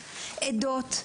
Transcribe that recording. עדות,